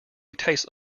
tastes